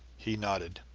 he nodded.